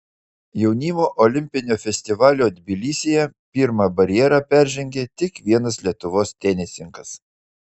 jaunimo olimpinio festivalio tbilisyje pirmą barjerą peržengė tik vienas lietuvos tenisininkas